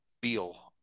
Beal